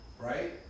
right